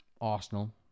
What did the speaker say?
Arsenal